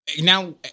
Now